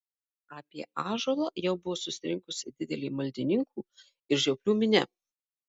apie ąžuolą jau buvo susirinkusi didelė maldininkų ir žioplių minia